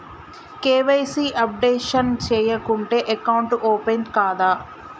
KYC updation చేయకుంటే account open కాదా?